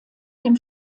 dem